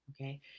Okay